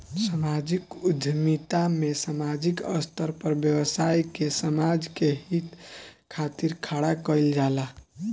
सामाजिक उद्यमिता में सामाजिक स्तर पर व्यवसाय के समाज के हित खातिर खड़ा कईल जाला